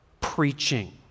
preaching